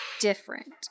different